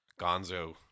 Gonzo